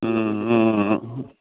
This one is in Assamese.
ও